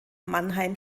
mannheim